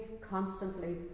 constantly